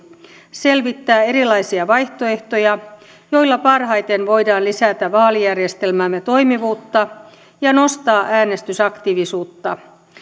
selvittää erilaisia vaihtoehtoja joilla parhaiten voidaan lisätä vaalijärjestelmämme toimivuutta ja nostaa äänestysaktiivisuutta